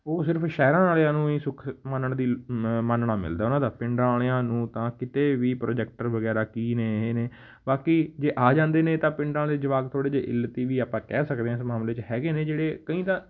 ਉਹ ਸਿਰਫ ਸ਼ਹਿਰਾਂ ਵਾਲਿਆਂ ਨੂੰ ਹੀ ਸੁੱਖ ਮੰਨਣ ਦੀ ਮੰਨਣਾ ਮਿਲਦਾ ਉਹਨਾਂ ਦਾ ਪਿੰਡਾਂ ਵਾਲਿਆਂ ਨੂੰ ਤਾਂ ਕਿਤੇ ਵੀ ਪ੍ਰੋਜੈਕਟਰ ਵਗੈਰਾ ਕੀ ਨੇ ਇਹ ਨੇ ਬਾਕੀ ਜੇ ਆ ਜਾਂਦੇ ਨੇ ਤਾਂ ਪਿੰਡਾਂ ਦੇ ਜਵਾਕ ਥੋੜ੍ਹੇ ਜਿਹੇ ਇੱਲਤੀ ਵੀ ਆਪਾਂ ਕਹਿ ਸਕਦੇ ਹਾਂ ਇਸ ਮਾਮਲੇ 'ਚ ਹੈਗੇ ਨੇ ਜਿਹੜੇ ਕਈ ਤਾਂ